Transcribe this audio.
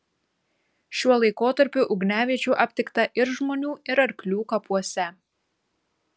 šiuo laikotarpiu ugniaviečių aptikta ir žmonių ir arklių kapuose